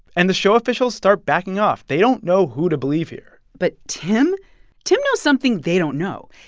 and the show officials start backing off. they don't know who to believe here but tim tim knows something they don't know.